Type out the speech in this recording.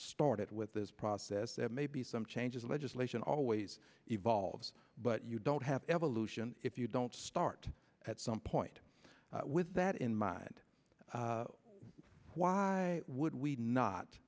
started with this process that maybe some changes in legislation always evolves but you don't have evolution if you don't start at some point with that in mind why would we not